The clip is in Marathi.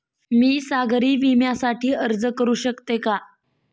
मी सागरी विम्यासाठी अर्ज करू शकते का?